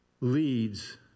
leads